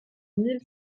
mille